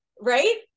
Right